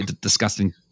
disgusting